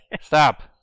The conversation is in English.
Stop